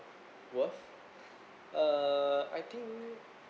worth err I think